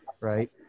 right